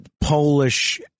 Polish